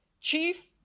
Chief